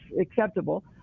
acceptable